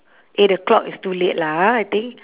eight o'clock is too late lah ha I think